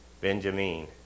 Benjamin